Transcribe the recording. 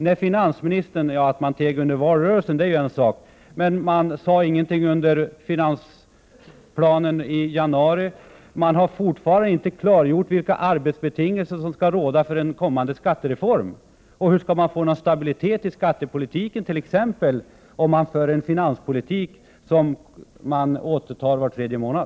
Att socialdemokraterna teg under valrörelsen är en sak, men regeringen sade inte heller något när finansplanen lades fram i januari, och regeringen har fortfarande inte klargjort vilka arbetsbetingelser som skall gälla för en kommande skattereform. Hur skall det kunna bli någon stabilitet i skattepolitiken om regeringen för en finanspolitik som ändras var tredje månad?